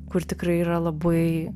kur tikrai yra labai